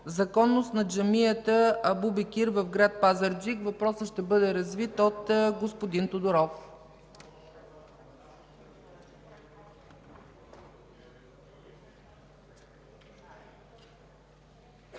законност на джамията „Абу Бекир” в град Пазарджик. Въпросът ще бъде развит от господин Тодоров.